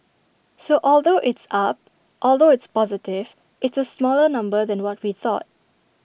so although it's up although it's positive it's A smaller number than what we thought